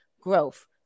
growth